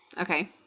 Okay